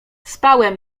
spałem